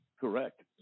Correct